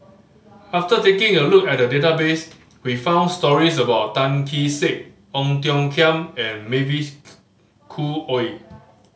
after taking a look at the database we found stories about Tan Kee Sek Ong Tiong Khiam and Mavis Khoo Oei